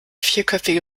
vierköpfige